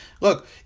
Look